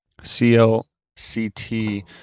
CLCT